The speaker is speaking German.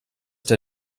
der